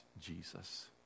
Jesus